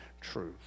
truth